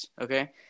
okay